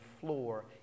floor